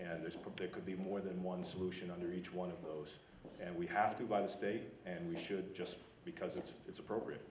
and there's probably could be more than one solution under each one of those and we have to by the state and we should just because it's it's appropriate